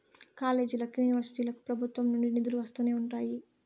కాలేజీలకి, యూనివర్సిటీలకు ప్రభుత్వం నుండి నిధులు వస్తూనే ఉంటాయి